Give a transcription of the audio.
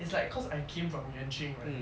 it's like cause I came from yuan ching right